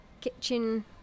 kitchen